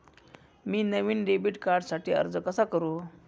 मी नवीन डेबिट कार्डसाठी अर्ज कसा करु?